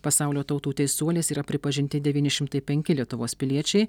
pasaulio tautų teisuoliais yra pripažinti devyni šimtai penki lietuvos piliečiai